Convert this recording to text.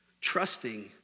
Trusting